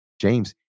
james